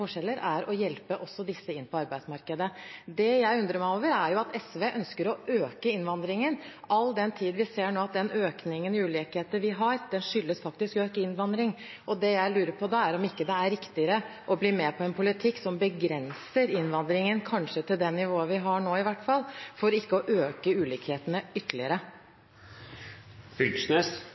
forskjeller, er å hjelpe også disse inn på arbeidsmarkedet. Det jeg undrer meg over, er at SV ønsker å øke innvandringen, all den tid vi nå ser at den økningen i ulikheter vi har, faktisk skyldes økt innvandring. Det jeg da lurer på, er om det ikke er riktigere å bli med på en politikk som begrenser innvandringen kanskje til det nivået vi har nå i hvert fall, for ikke å øke ulikhetene